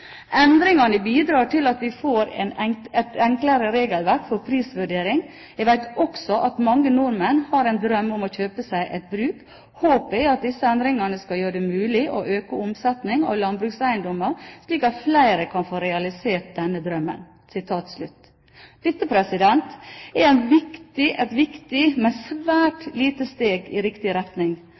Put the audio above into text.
«Endringene bidrar til at vi får et enklere regelverk for prisvurdering. Jeg vet også at mange nordmenn har en drøm om å få kjøpe seg et bruk. Håpet er at disse endringene skal gjøre det mulig å øke omsetningen av landbrukseiendommer slik at flere kan få realisert denne drømmen.» Dette er et viktig, men svært lite steg i riktig retning,